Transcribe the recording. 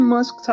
Musk